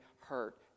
hurt